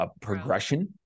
progression